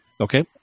Okay